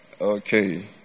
Okay